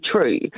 true